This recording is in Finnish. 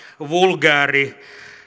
vulgaaria